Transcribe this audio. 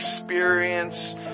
experience